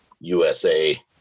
USA